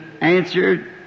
answered